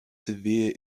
severe